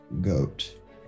goat